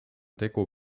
tegu